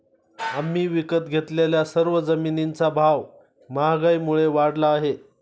आम्ही विकत घेतलेल्या सर्व जमिनींचा भाव महागाईमुळे वाढला आहे